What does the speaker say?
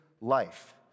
life